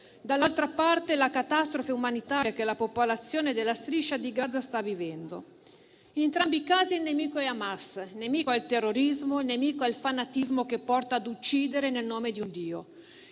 dall'altra parte, la catastrofe umanitaria che la popolazione della Striscia di Gaza sta vivendo. In entrambi i casi il nemico è Hamas, il terrorismo, il fanatismo che porta ad uccidere nel nome di un Dio.